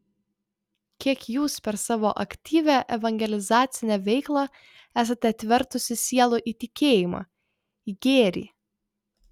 kiek jūs per savo aktyvią evangelizacinę veiklą esate atvertusi sielų į tikėjimą į gėrį